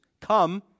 come